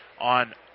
on